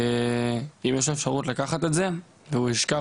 ואם יש אפשרות לקחת את זה והוא ישכח